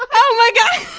oh, my god.